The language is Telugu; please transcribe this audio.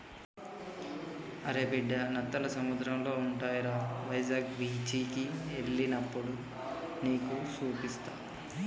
అరే బిడ్డా నత్తలు సముద్రంలో ఉంటాయిరా వైజాగ్ బీచికి ఎల్లినప్పుడు నీకు సూపిస్తా